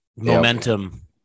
Momentum